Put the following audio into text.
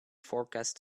forecast